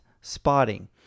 spotting